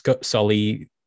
Sully